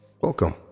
Welcome